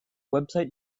website